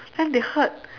then they heard